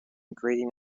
grading